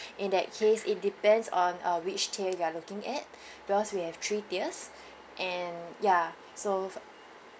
in that case it depends on uh which tier you are looking at because we have three tiers and ya so